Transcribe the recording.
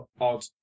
odd